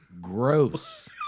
Gross